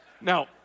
Now